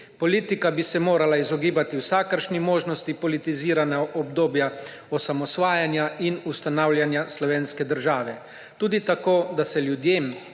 Politika bi se morala izogibati vsakršni možnosti politiziranja obdobja osamosvajanja in ustanavljanja slovenske države tudi tako, da se ljudem,